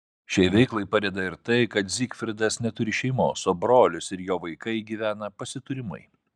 šiai veiklai padeda ir tai kad zygfridas neturi šeimos o brolis ir jo vaikai gyvena pasiturimai